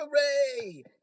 hooray